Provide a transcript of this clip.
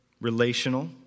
relational